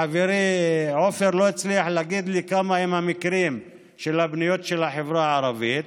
חברי עפר לא הצליח להגיד לי כמה הם המקרים של הפניות מהחברה הערבית.